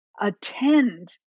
attend